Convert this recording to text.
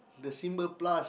the symbol plus